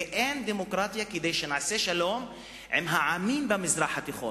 ואין דמוקרטיה כדי שנעשה שלום עם העמים במזרח התיכון.